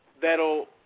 that'll